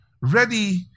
ready